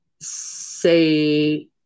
say